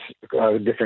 different